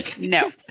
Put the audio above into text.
no